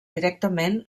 directament